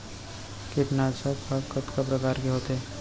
कीटनाशक ह कतका प्रकार के होथे?